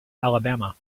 alabama